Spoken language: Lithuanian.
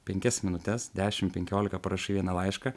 penkias minutes dešim penkiolika parašai vieną laišką